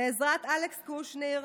בעזרת אלכס קושניר,